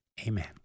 Amen